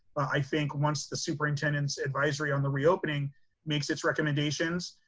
i think once the superintendent's advisory on the reopening makes its recommendations,